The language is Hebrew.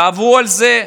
תעברו על זה.